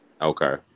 Okay